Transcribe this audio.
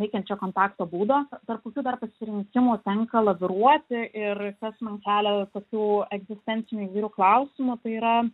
veikiančio kontakto būdo tarp kokių dar pasirinkimų tenka laviruoti ir kas man kelia tokių egzistencinių gerų klausimų tai yra